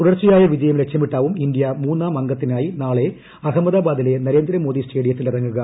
തുടർച്ചയായ വിജയം ലക്ഷ്യമിട്ടാവും ഇന്ത്യ മൂന്നാം അങ്കത്തിനായി നാളെ അഹമ്മദാബാദിലെ നരേന്ദ്രമോദി സ്റ്റേഡിയത്തിൽ ഇറങ്ങുക